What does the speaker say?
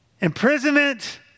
imprisonment